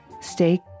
stay